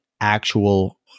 actual